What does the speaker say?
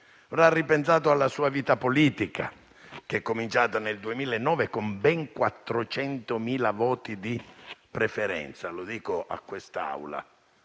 ripensato alla sua vita politica, cominciata nel 2009, con ben 400.000 voti di preferenza. Lo dico a quest'Assemblea,